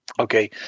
Okay